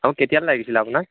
আৰু কেতিয়ালে লাগিছিলে আপোনাক